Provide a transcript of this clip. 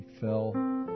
fell